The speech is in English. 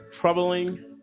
troubling